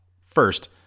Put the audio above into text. first